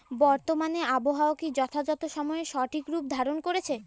বর্তমানে আবহাওয়া কি যথাযথ সময়ে সঠিক রূপ ধারণ করছে?